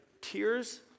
tears